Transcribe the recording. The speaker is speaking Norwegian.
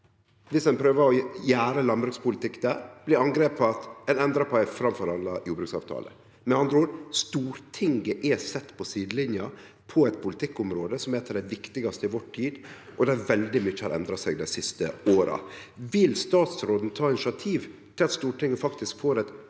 Viss ein prøver å drive landbrukspolitikk der, blir angrepet at ein endrar på ei framforhandla jordbruksavtale. Med andre ord – Stortinget er sett på sidelinja på eit politikkområde som er eit av dei viktigaste i vår tid, og der veldig mykje har endra seg dei siste åra. Vil statsråden ta initiativ til at Stortinget faktisk får eit